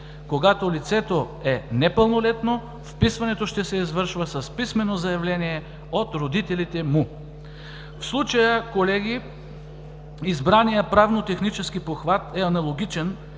Когато лицето е непълнолетно, вписването ще се извършва с писмено заявление от родителите му. В случая, колеги, избраният правно-технически похват е аналогичен